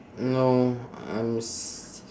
no I'm s~